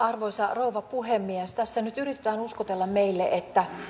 arvoisa rouva puhemies tässä nyt yritetään uskotella meille että